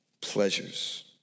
pleasures